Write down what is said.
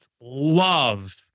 love